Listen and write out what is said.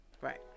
Right